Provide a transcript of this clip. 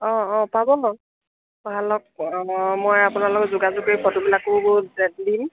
অঁ অঁ পাব ভাল হওক মই আপোনাৰ লগত যোগাযোগ কৰি ফটোবিলাকো দিম